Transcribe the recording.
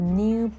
new